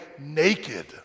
naked